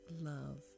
love